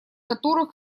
которых